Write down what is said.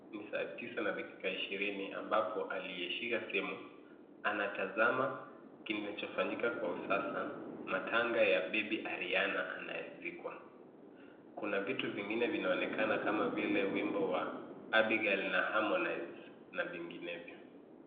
Ni saa tisa na dakika ishirini ambao aliyeshika simu anatazama kinachofanyika kwa usasa; matanga ya bibi Arianna anayezikwa. Kuna vitu vingine vinaonekana kama vile wimbo wa Abigail na Harmonize na vinginevyo.